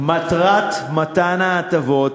מטרות מתן ההטבות,